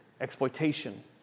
Exploitation